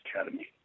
Academy